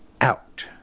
out